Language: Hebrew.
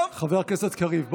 שנייה, חבר הכנסת קריב.